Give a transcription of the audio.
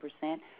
percent